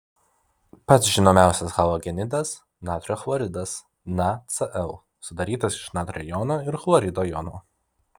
pats žinomiausias halogenidas natrio chloridas nacl sudarytas iš natrio jono ir chlorido jono